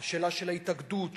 השאלה של ההתאגדות,